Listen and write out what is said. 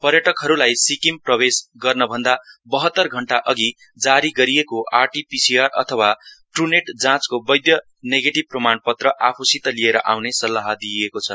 पर्यटकहरूलाई सिक्किम प्रवेश गर्नभन्दा बहतर घण्टअघि जारि गरिएको आरटिपिसिआर अथवा ट्टुनेट जाँचको वैद्य नेगेटिभ प्रमाणपत्र आफूसित लिएर आउने सल्लाह दिइएको छ